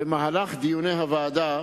במהלך דיוני הוועדה,